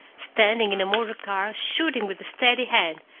standing in a motor-car shooting with a steady hand,